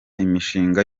imishinga